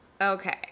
Okay